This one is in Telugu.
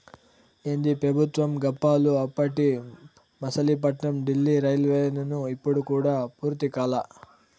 ఏందీ పెబుత్వం గప్పాలు, అప్పటి మసిలీపట్నం డీల్లీ రైల్వేలైను ఇప్పుడు కూడా పూర్తి కాలా